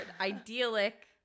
idyllic